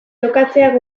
jokatzea